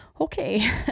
okay